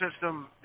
system